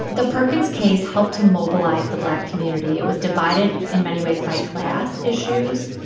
the perkins case helped to mobilize the black community. it was divided in many ways by class issues,